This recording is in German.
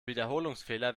wiederholungsfehler